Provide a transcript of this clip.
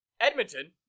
Edmonton